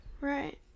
right